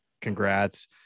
Congrats